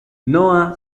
noah